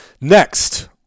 Next